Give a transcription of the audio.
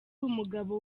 umugabo